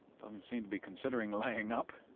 doesn't seem to be considering laying up.